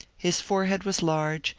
his forehead was large,